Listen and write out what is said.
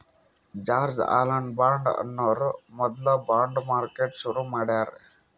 George Alan Bond ಅನ್ನೋರು ಮೊದ್ಲ bond market ಶುರು ಮಾಡ್ಯಾರ್